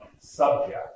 subject